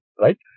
right